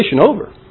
over